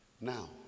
Now